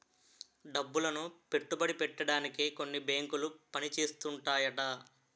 డబ్బులను పెట్టుబడి పెట్టడానికే కొన్ని బేంకులు పని చేస్తుంటాయట